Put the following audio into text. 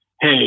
hey